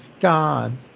god